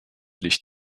licht